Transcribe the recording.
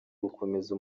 gukomeza